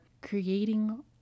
creating